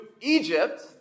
Egypt